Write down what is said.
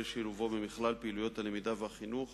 לשילובו במכלול פעילויות הלמידה והחינוך